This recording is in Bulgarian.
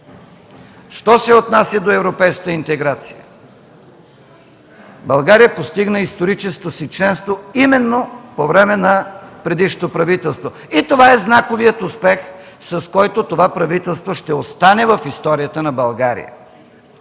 Що се отнася до европейската интеграция, България постигна историческото си членство именно по време на предишното правителство и това е знаковият успех, с който това правителството ще остане в историята на България.